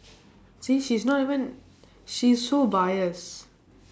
see she's not even she's so biased